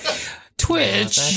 Twitch